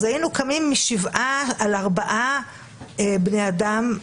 היינו קמים משבעה על ארבעה בני אדם,